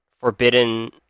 forbidden